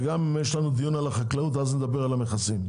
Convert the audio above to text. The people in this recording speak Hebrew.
וגם יש לנו דיון על החקלאות ואז נדבר על המכסים.